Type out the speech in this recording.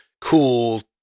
cool